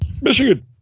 Michigan